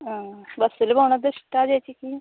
ആ ബസ്സിൽ പോണതിഷ്ടാ ചേച്ചിക്ക്